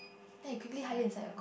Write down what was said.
then you quickly hide it inside your